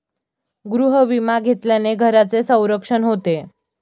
गृहविमा घेतल्याने घराचे संरक्षण होते